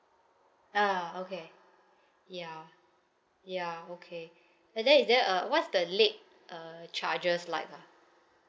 ah okay ya ya okay then is there a what's the late uh charges like ah